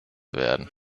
werden